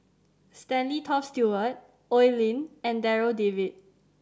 Stanley Toft Stewart Oi Lin and Darryl David